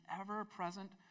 ever-present